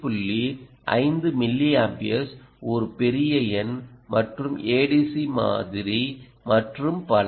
5 milliamperes ஒரு பெரிய எண் மற்றும் ADC மாதிரி மற்றும் பல